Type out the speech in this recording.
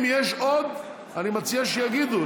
אם יש עוד, אני מציע שיגידו.